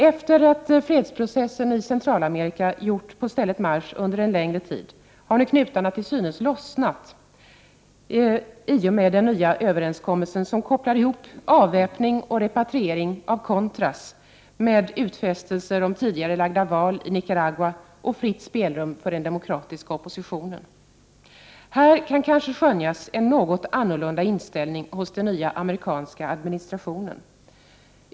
Efter det att fredsprocessen i Centralamerika gjort på stället marsch under en längre tid har nu knutarna till synes lossnat i och med den nya överenskommelsen, som kopplar ihop avväpning och repatriering av contras med utfästelser om tidigarelagda val i Nicaragua och fritt spelrum för den demokratiska oppositionen. Här kan kanske skönjas en något annorlunda inställning hos den nya amerikanska administrationen.